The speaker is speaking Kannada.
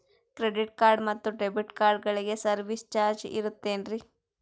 ಕ್ರೆಡಿಟ್ ಕಾರ್ಡ್ ಮತ್ತು ಡೆಬಿಟ್ ಕಾರ್ಡಗಳಿಗೆ ಸರ್ವಿಸ್ ಚಾರ್ಜ್ ಇರುತೇನ್ರಿ?